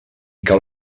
cal